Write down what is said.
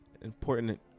important